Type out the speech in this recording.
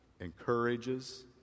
encourages